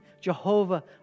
Jehovah